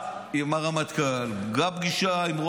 הוא הסתכל עליי, אני רוצה לענות לו.